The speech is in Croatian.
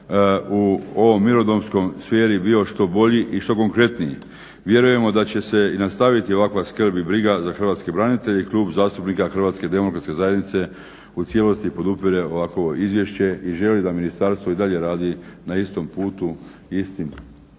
u ovoj mirnodopskoj sferi bio što bolji i što konkretniji. Vjerujemo da će se nastaviti ovakva skrb i briga za hrvatske branitelje i Klub zastupnika HDZ-a u cijelosti podupire ovakovo izvješće i želi da ministarstvo i dalje radi na istom putu istim